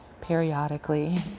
periodically